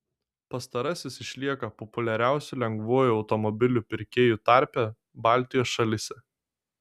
pastarasis išlieka populiariausiu lengvuoju automobiliu pirkėjų tarpe baltijos šalyse